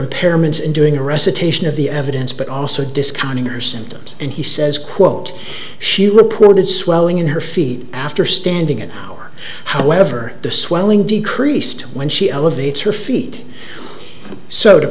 impairments in doing a recitation of the evidence but also discounting her symptoms and he says quote she reported swelling in her feet after standing an hour however the swelling decreased when she elevates her feet so to